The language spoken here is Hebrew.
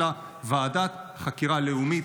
אלא ועדת חקירה לאומית,